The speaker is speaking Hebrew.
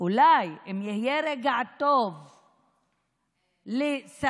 יש הרבה שכבר שלחו